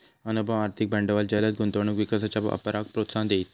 अनुभव, आर्थिक भांडवल जलद गुंतवणूक विकासाच्या वापराक प्रोत्साहन देईत